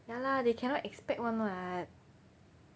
ya lah they cannot expect [one] [what]